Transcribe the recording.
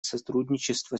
сотрудничество